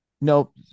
nope